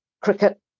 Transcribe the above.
cricket